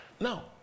Now